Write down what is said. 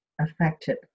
affected